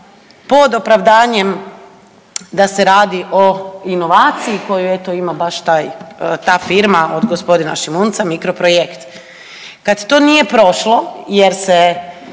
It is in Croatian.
pod opravdanjem da se radi o inovaciji koju eto ima baš ta firma od gospodina Šimunca Mikroprojekt. Kad to nije prošlo jer se